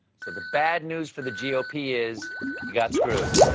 so the bad news for the g o p. is you got screwed.